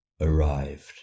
arrived